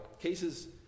cases